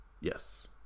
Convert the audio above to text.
Yes